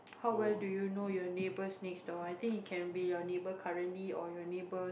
how well do you know your neighbours next door I think it can be your neighbours currently or your neighbours